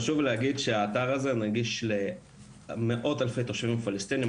חשוב להגיד שהאתר הזה נגיש למאות אלפי תושבים פלסטינים,